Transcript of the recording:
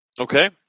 Okay